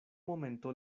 momento